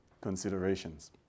considerations